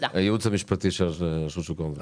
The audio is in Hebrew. הייעוץ המשפטי של רשות שוק ההון.